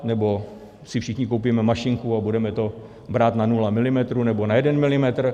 Nebo si všichni koupíme mašinku a budeme to brát na nula milimetrů nebo na jeden milimetr.